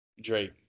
Drake